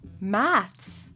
Maths